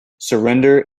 surrender